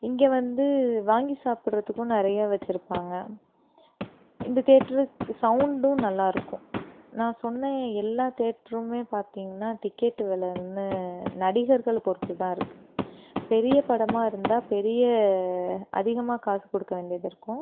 இங்கே வந்து வாங்கி சாப்பிட்றத்துக்கும் நிறைய வச்சுருப்பாங்க இந்த தேட்டர் சவுண்டும் நல்லாயிருக்கும் நான் சொன்ன எல்லா தேட்டருமே பார்த்திங்கனா டிக்கெட் வெலைன்னு நடிகர்களை பொறுத்துதான் இருக்கு பெரிய படமாக இருந்தால் பெரிய அதிகமாக காசு கொடுக்க வேண்டியது இருக்கும்